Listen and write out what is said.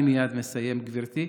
אני מייד מסיים, גברתי.